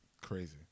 Crazy